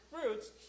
fruits